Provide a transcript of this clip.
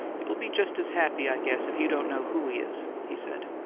you'll be just as happy, i guess, if you don't know who he is, he said.